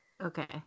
okay